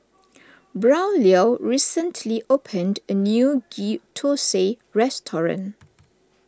Braulio recently opened a new Ghee Thosai restaurant